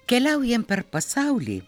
keliaujam per pasaulį